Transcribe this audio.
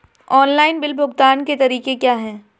Online bill भुगतान के तरीके क्या हैं?